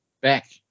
back